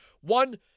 One